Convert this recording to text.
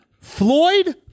Floyd